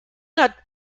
not